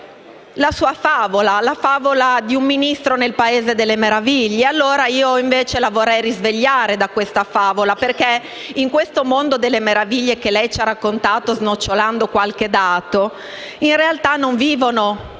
la sua favola, la favola di un Ministro nel Paese delle meraviglie. Io, invece, la vorrei risvegliare da questa favola perché in questo mondo delle meraviglie che lei ci ha raccontato snocciolando qualche dato, in realtà, non vivono tanti